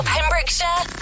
Pembrokeshire